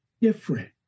different